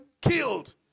killed